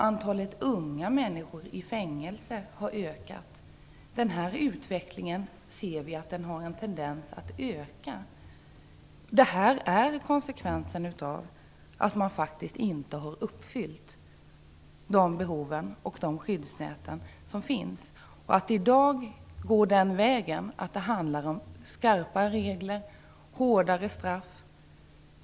Antalet unga människor i fängelse har ökat, och vi ser att denna tendens är stigande. Detta är konsekvensen av att man inte tillgodosett de behov som finns av skyddsnät i vårt samhälle. Det går i dag mot skarpare regler och hårdare straff.